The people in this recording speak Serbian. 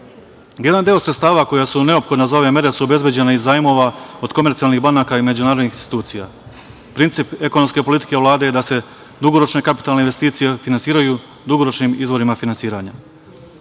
BDP-a. Jedan deo sredstava koja su neophodna za ove mere su obezbeđena iz zajmova od komercijalnih banaka i međunarodnih institucija. Princip ekonomske politike Vlade je da se dugoročne kapitalne investicije finansiraju dugoročnim izvorima finansiranja.